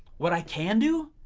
what i can do,